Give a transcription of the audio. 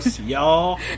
y'all